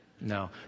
No